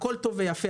הכול טוב ויפה.